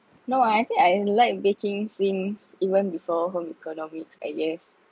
no I think I like baking since even before home economics I guess